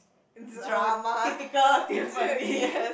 it's a typical timpani